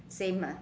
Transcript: same ah